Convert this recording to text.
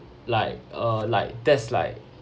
like uh like that's like